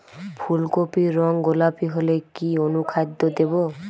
ফুল কপির রং গোলাপী হলে কি অনুখাদ্য দেবো?